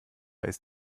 ist